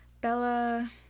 Bella